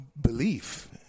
belief